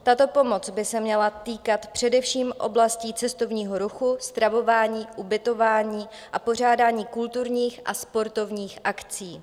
Tato pomoc by se měla týkat především oblastí cestovního ruchu, stravování, ubytování a pořádání kulturních a sportovních akcí.